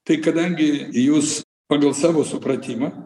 tai kadangi jūs pagal savo supratimą